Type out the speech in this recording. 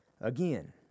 again